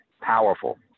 powerful